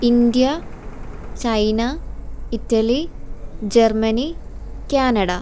India China Italy Germany Canada